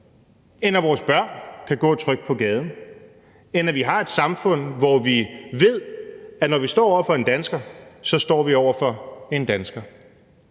end at vores børn kan gå trygt på gaden, end at vi har et samfund, hvor vi ved, at når vi står over for en dansker, så står vi over for en dansker,